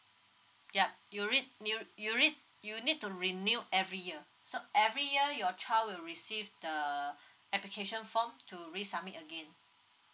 yup you re you you re you need to renew every year so every year your child will receive the application form to resubmit again